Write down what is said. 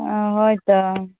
ᱚᱻ ᱦᱳᱭ ᱛᱚ